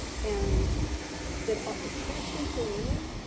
and then ah especially for women,